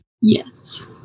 yes